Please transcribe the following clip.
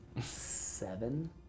seven